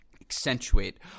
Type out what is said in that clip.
accentuate